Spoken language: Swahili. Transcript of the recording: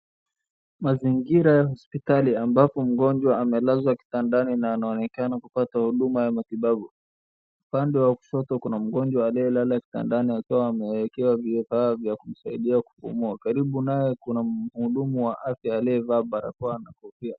Mazingira ya hosipitali ambapo mgonjwa amelazwa kitandani na anaonekana kupata huduma ya matibabu. Upande wa kushoto kuna mgonjwa aliyelala kitandani akiwa amewekewa vifaa vya kumsaidia kupumua. Karibu naye kuna mhudumu wa afya aliyevaa barakoa na kofia.